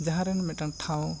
ᱡᱟᱦᱟᱸ ᱨᱮ ᱢᱤᱫ ᱴᱮᱱ ᱴᱷᱟᱶ